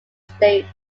states